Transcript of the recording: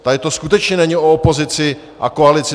Tady to skutečně není o opozici a koalici.